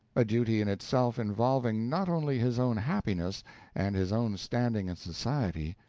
a duty in itself involving not only his own happiness and his own standing in society,